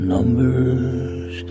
Numbers